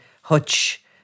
Hutch